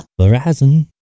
verizon